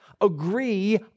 agree